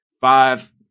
five –